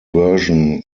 version